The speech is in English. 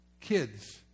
Kids